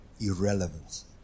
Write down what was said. Irrelevance